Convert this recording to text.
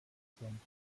patienten